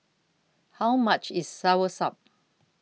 How much IS Soursop